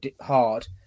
hard